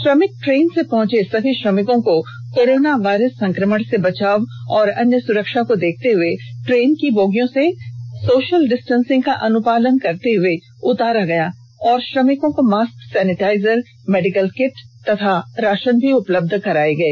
श्रमिक ट्रेन से पहंचे सभी श्रमिको को कोरोना वायरस संक्रमण से बचाव एवं अन्य सुरक्षा को देखते हुए ट्रेन के बोगियों से सोशल डिस्टेंसिंग का अनुपालन करवाते हुए उतारा गया एव श्रमिको को मास्क सेनेटाइजर मेडिकल किट एवं राशन भी उपलब्ध करवाए गए